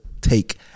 take